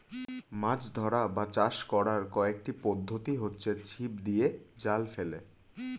মাছ ধরা বা চাষ করার কয়েকটি পদ্ধতি হচ্ছে ছিপ দিয়ে, জাল ফেলে